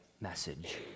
message